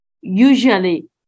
usually